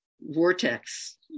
vortex